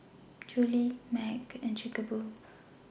Julie's MAG and Chic A Boo